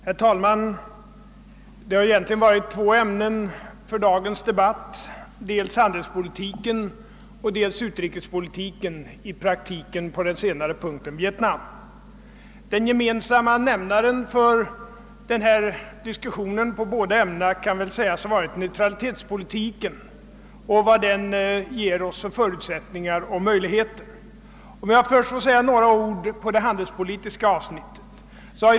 Herr talman! Det har varit två ämnen för dagens debatt, dels handelspolitiken och dels utrikespolitiken — på den senare punkten i praktiken Vietnam. Den gemensamma nämnaren för diskussionen om de båda ämnena kan sägas ha varit neutralitetspolitiken och vad den ger oss för förutsättningar och möjligheter. Jag ber att först få säga några ord om det handelspolitiska avsnittet.